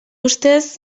ustez